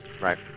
right